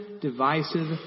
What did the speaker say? divisive